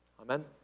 Amen